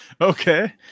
Okay